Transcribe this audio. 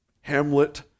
hamlet